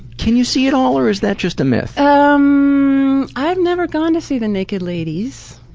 can you see it all or is that just a myth? um i've never gone to see the naked ladies.